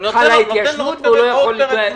חלה התיישנות, והוא לא יכול לדרוש יותר.